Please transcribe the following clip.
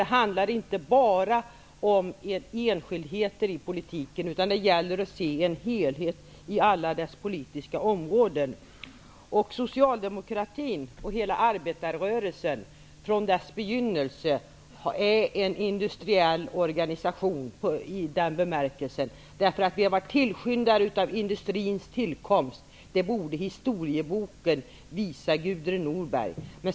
Det handlar inte bara om enskildheter i politiken, utan det gäller att se helheten beträffande alla politikområden. Socialdemokratin och hela arbetarrörelsen har sedan begynnelsen varit en industriell organisation i den bemärkelsen att vi har varit tillskyndare av industrins tillkomst. Det kan historieboken visa Gudrun Norberg.